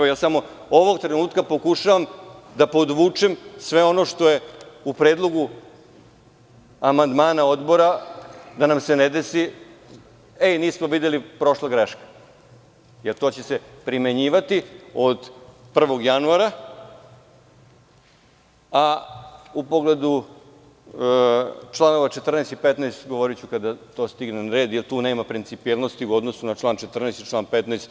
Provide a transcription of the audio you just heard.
Ovog trenutka pokušavam da podvučem sve ono što je u predlogu amandmana odbora, da nam se ne desi da nismo videli i prošla greška jer to će se primenjivati od 01. januara, a u pogledu čl. 14. i 15. govoriću kada to stigne na red, jer tu nema principijelnosti u odnosu na čl. 14. i 15.